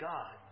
God